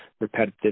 repetitive